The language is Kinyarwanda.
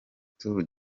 tour